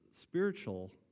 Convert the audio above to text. spiritual